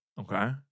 Okay